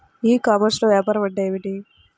ఈ కామర్స్లో వ్యాపారం అంటే ఏమిటి?